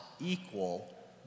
equal